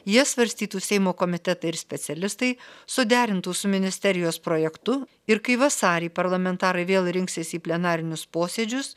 jie svarstytų seimo komitetai ir specialistai suderintų su ministerijos projektu ir kai vasarį parlamentarai vėl rinksis į plenarinius posėdžius